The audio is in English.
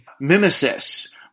mimesis